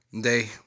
Day